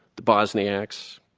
the bosniaks,